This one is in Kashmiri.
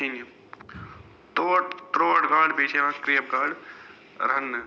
کھیٚنہِ توٹ ترٛوٹ گاڈٕ بیٚیہِ چھےٚ یِوان کرٛیپ گاڈٕ رَنٛنہٕ